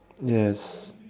yes